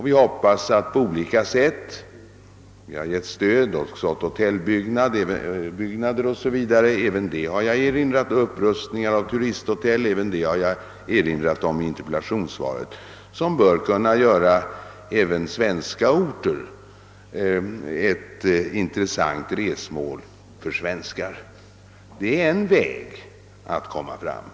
Vi har också gett stöd åt hotellbyggen och upprustning av turisthotell, vilket jag också erinrat om i mitt interpellationssvar. Dessa åtgärder hoppas vi på olika sätt skall bidra till att göra även svenska orter till intressanta turistmål för svenskar. Detta är en väg att gå.